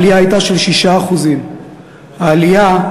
העלייה הייתה של 6%. העלייה,